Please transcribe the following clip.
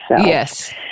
yes